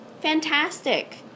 fantastic